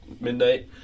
midnight